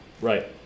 Right